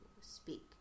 speak